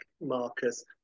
Marcus